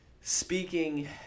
speaking